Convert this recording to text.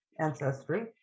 ancestry